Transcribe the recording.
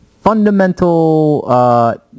fundamental